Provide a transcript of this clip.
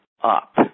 up